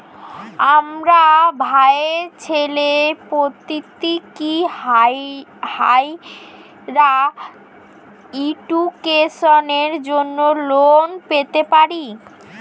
আমার ভাইয়ের ছেলে পৃথ্বী, কি হাইয়ার এডুকেশনের জন্য লোন পেতে পারে?